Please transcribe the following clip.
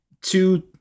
two